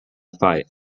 fight